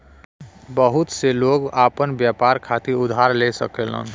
बहुत से लोग आपन व्यापार खातिर उधार ले सकलन